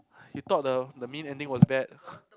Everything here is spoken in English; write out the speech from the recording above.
you thought the the main ending was bad